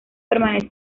permanece